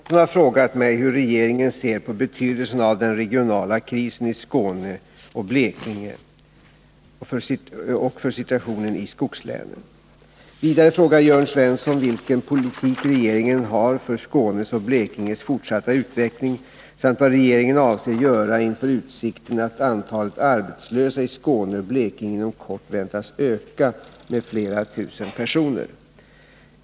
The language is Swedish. Herr talman! Jörn Svensson har frågat mig hur regeringen ser på betydelsen av den regionala krisen i Skåne och Blekinge för situationen i skogslänen. Vidare frågar Jörn Svensson vilken politik regeringen har för Skånes och Blekinges fortsatta utveckling samt vad regeringen avser göra inför utsikten att antalet arbetslösa i Skåne och Blekinge inom kort väntas öka med flera tusen personer.